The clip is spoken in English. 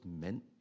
meant